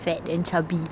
fat and chubby